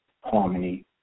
harmony